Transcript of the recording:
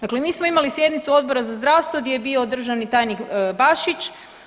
Dakle, mi smo imali sjednicu Odbora za zdravstvo gdje je bio državni tajnik Bašić.